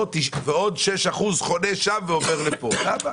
ועוד שישה אחוזים חונים שם ועובר לכאן.